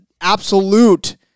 absolute